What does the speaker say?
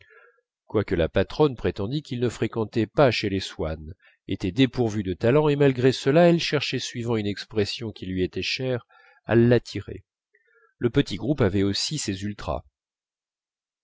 quoique la patronne prétendît qu'il ne fréquentait pas chez les swann était dépourvu de talent et malgré cela elle cherchait suivant une expression qui lui était chère à l'attirer le petit groupe avait aussi ses ultras